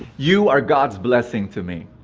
you are god's blessing to me.